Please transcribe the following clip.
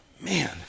Man